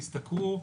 ישתכרו,